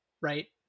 right